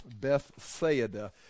Bethsaida